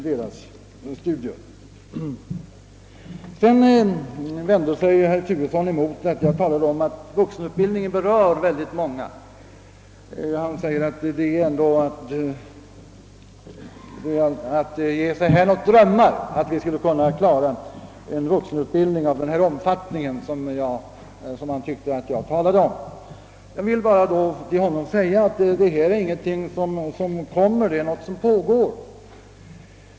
Herr Turesson tog vidare upp mitt påpekande att vuxenutbildningen berör väldigt många, och herr Turesson hävdade att det vore att ge sig hän åt drömmar, ifall man ansåge att vi skulle kunna klara en vuxenutbildning av den omfattning som jag enligt herr Turesson hade talat om. Jag vill då bara säga till herr Turesson, att detta är ingenting som kommer — det är någonting som pågår.